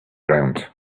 ground